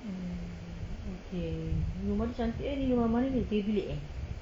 hmm okay rumah dia cantik eh ni rumah mana ni tiga bilik eh